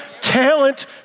talent